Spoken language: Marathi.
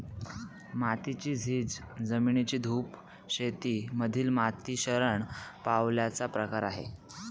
मातीची झीज, जमिनीची धूप शेती मधील माती शरण पावल्याचा प्रकार आहे